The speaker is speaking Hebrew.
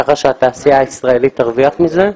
כך שהתעשייה הישראלית תרוויח מזה.